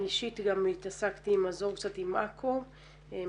אני אישית גם התעסקתי עם מזור קצת עם עכו מתוך